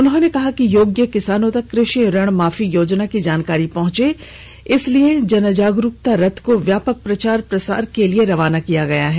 उन्होने कहा है कि योग्य किसानों तक कृषि ऋण माफी योजना की जानकारी पहुंचे इसलिए जनजागरूकता रथ को व्यापक प्रचार प्रसार के लिए रवाना किया गया है